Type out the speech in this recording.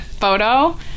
photo